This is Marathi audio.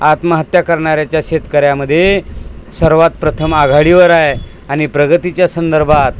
आत्महत्या करणाऱ्याच्या शेतकऱ्यामध्ये सर्वात प्रथम आघाडीवर आहे आणि प्रगतीच्या संदर्भात